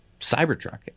Cybertruck